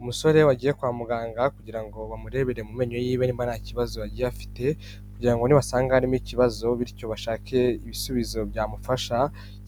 Umusore agiye kwa muganga kugira ngo bamurebere mu menyo ye niba ari nta kibazo agiye afite kugira nibasanga harimo ikibazo bityo bashake ibisubizo byamufasha.